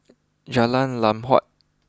Jalan Lam Huat